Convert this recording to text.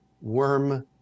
worm